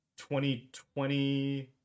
2020